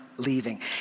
leaving